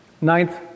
Ninth